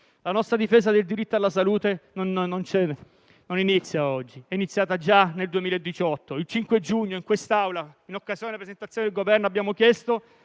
La nostra difesa del diritto alla salute non inizia oggi, ma è iniziata già nel 2018. Il 5 giugno di quell'anno, in quest'Aula, in occasione della presentazione del Governo, abbiamo chiesto